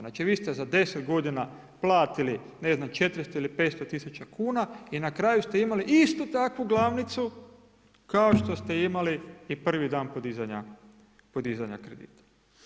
Znači vi ste za 10 godina platili, ne znam 400 ili 500 tisuća kuna i na kraju ste imali istu takvu glavnicu kao što ste imali i prvi dan podizanja kredita.